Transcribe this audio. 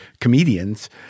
comedians